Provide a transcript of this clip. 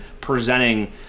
presenting